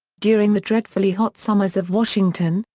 during the dreadfully hot summers of washington,